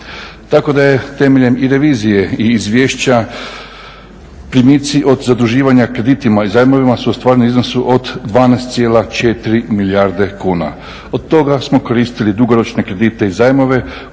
Tako da je temeljem i revizije i izvješća primici od zaduživanja kreditima i zajmovima su ostvareni u iznosu od 12,4 milijarde kuna. od toga smo koristili dugoročne kredite i zajmove